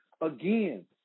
again